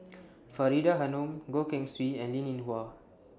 Faridah Hanum Goh Keng Swee and Linn in Hua